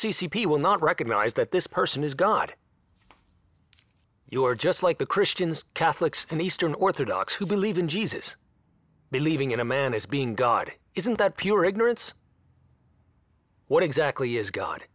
will not recognize that this person is god you are just like the christians catholics and eastern orthodox who believe in jesus believing in a man as being god isn't that pure ignorance what exactly is god